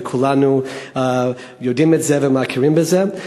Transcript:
וכולנו יודעים את זה ומכירים בזה,